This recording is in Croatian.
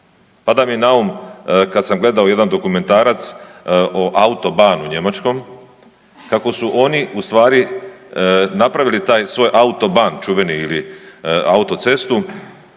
Pada mi naum kad sam gledao jedan dokumentarac o Autobahnu njemačkom kako su oni u stvari napravili taj svoj Autobahn čuveni ili autocestu